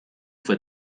fue